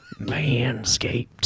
Manscaped